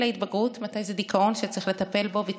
ההתבגרות ומתי זה דיכאון שצריך לטפל בו בדחיפות.